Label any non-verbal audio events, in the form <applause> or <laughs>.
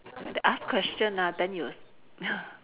they ask question ah then you will s~ <laughs>